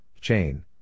chain